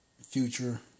future